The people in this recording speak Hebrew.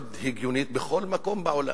מאוד הגיונית בכל מקום בעולם,